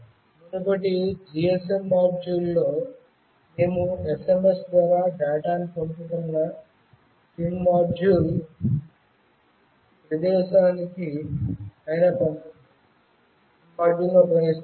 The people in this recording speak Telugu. మునుపటి GSM మాడ్యూల్లో మేము SMS ద్వారా డేటాను పంపుతున్న సిమ్ మాడ్యూల్ ను ఉపయోగిస్తున్నాము